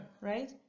right